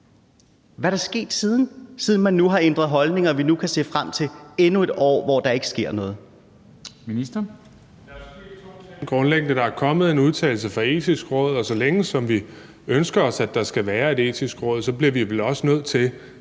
Hvad er der sket siden da, siden man nu har ændret holdning og vi nu kan se frem til endnu et år, hvor der ikke sker noget?